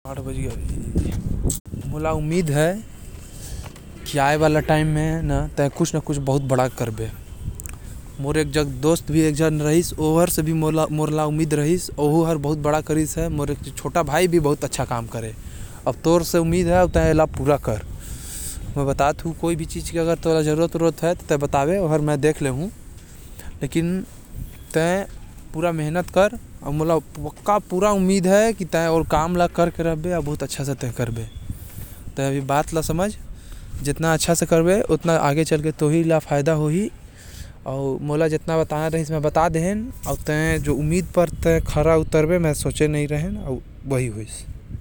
मोके तोर ऊपर पूरा उम्मीद हवे, की ते बहुत आगे जाबे। मोके अपन एक दोस्त से भी उम्मीद रहिस अउ अपन भी से भी दुनु बहुते आगे बढ़ गइन आज। वैसे ही मोके तोर से उम्मीद हवे की तहु बहुत आगे जाबे। तोके कोई चीज़ के मदद चाही होबे तो मोके बता देबे अउ बढ़िया तै मेहनत कर बहुत आगे जाबे।